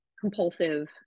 compulsive